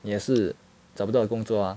也是找不到工作啊